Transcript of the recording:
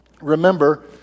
remember